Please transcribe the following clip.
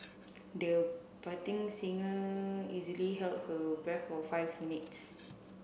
the budding singer easily held her breath for five minutes